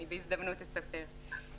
אני בהזדמנות אספר לך.